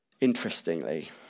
Interestingly